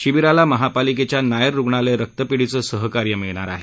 शिबिराला महापालिकेच्या नायर रुग्णालय रक्तपेढीचं सहकार्य लाभणार आहे